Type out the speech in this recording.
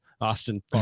Austin